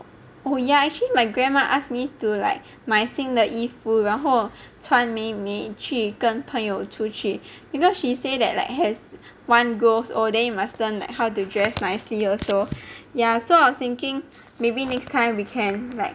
oh ya actually my grandma asked me to like 买新的的衣服然后穿美美去跟朋友出去 because she say that like as one grows old then you must learn like how to dress nicely also ya so I was thinking maybe next time we can like